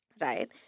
right